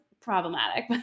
problematic